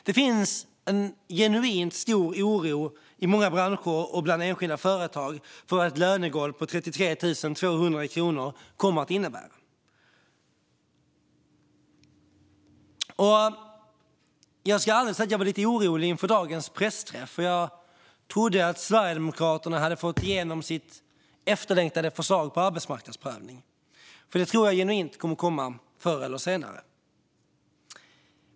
Det finns en genuint stor oro i många branscher och bland enskilda företag för vad ett lönegolv på 33 200 kronor kommer att innebära. Jag ska ärligt säga att jag var lite orolig inför dagens pressträff. Jag trodde att Sverigedemokraterna hade fått igenom sitt efterlängtade förslag om arbetsmarknadsprövning. Det tror jag kommer att komma förr eller senare.